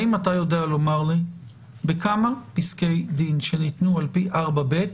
יודע לומר לי בכמה פסקי דין שניתנו על פי 4ב,